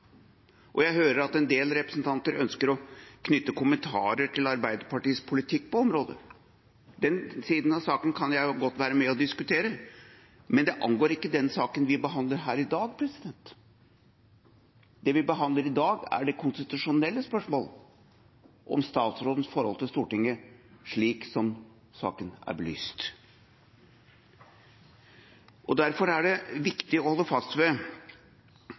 og jeg hører at en del representanter ønsker å knytte kommentarer til Arbeiderpartiets politikk på området. Den siden av saken kan jeg godt være med og diskutere, men det angår ikke den saken vi behandler her i dag. Det vi behandler i dag, er det konstitusjonelle spørsmål om statsrådens forhold til Stortinget, slik som saken er belyst. Derfor er det viktig å holde fast ved